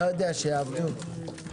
הישיבה ננעלה בשעה 11:30.